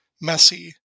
messy